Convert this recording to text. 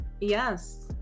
yes